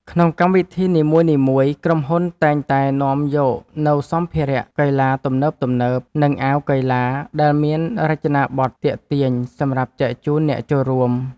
ក្នុងកម្មវិធីនីមួយៗ ក្រុមហ៊ុនតែងតែនាំយកនូវសម្ភារៈកីឡាទំនើបៗ និងអាវកីឡាដែលមានរចនាបថទាក់ទាញសម្រាប់ចែកជូនអ្នកចូលរួម។